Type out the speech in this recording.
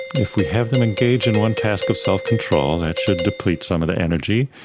if we have them engage in one task of self-control that should deplete some of the energy.